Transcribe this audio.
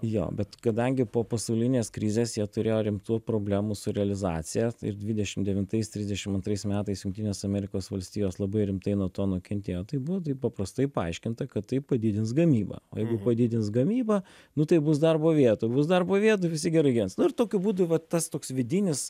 jo bet kadangi po pasaulinės krizės jie turėjo rimtų problemų su realizacija tai dvidešim devintais trisdešim antrais metais jungtinės amerikos valstijos labai rimtai nuo to nukentėjo tai buvo taip paprastai paaiškinta kad tai padidins gamybą o jeigu padidins gamybą nu tai bus darbo vietų bus darbo vietų visi gerai gyvens nu ir tokiu būdu va tas toks vidinis